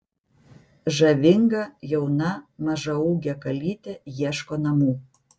žavinga jauna mažaūgė kalytė ieško namų